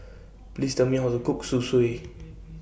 Please Tell Me How to Cook Zosui